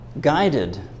Guided